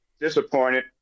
disappointed